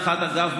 אגב,